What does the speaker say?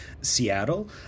Seattle